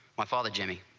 my father jimmy,